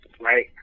Right